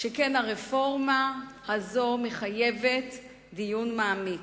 שכן הרפורמה הזאת מחייבת דיון מעמיק.